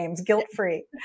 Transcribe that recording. guilt-free